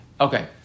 Okay